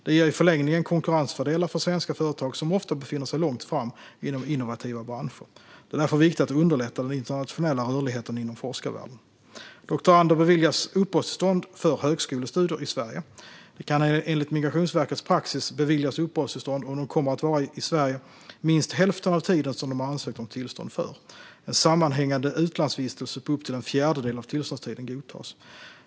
Det ger i förlängningen konkurrensfördelar för svenska företag, som ofta befinner sig långt fram inom innovativa branscher. Det är därför viktigt att underlätta den internationella rörligheten inom forskarvärlden. Doktorander beviljas uppehållstillstånd för högskolestudier i Sverige. De kan enligt Migrationsverkets praxis beviljas uppehållstillstånd om de kommer att vara i Sverige minst hälften av tiden som de har ansökt om tillstånd för. En sammanhängande utlandsvistelse på upp till en fjärdedel av tillståndstiden godtas.